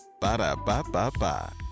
Ba-da-ba-ba-ba